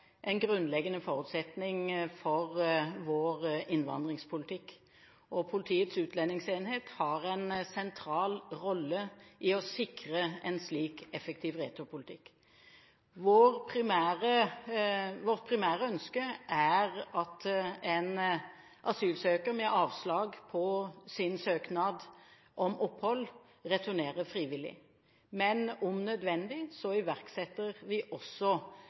en grunnleggende forutsetning for vår innvandringspolitikk. Politiets utlendingsenhet har en sentral rolle i å sikre en slik effektiv returpolitikk. Vårt primære ønske er at en asylsøker med avslag på sin søknad om opphold returnerer frivillig, men om nødvendig iverksetter vi også